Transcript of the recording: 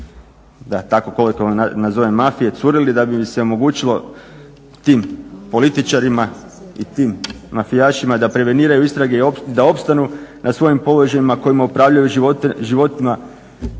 da tako kolokvijalno nazovem mafije curili da bi im se omogućilo tim političarima i tim mafijašima da preveniraju istrage i da opstanu na svojim položajima kojima upravljaju životima